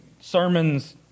sermons